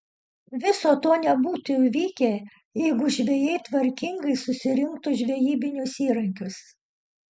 viso to nebūtų įvykę jeigu žvejai tvarkingai susirinktų žvejybinius įrankius